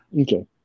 okay